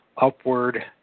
upward